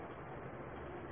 पुन्हा सांगा